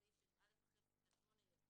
בסעיף 6(א), אחרי פסקה (8)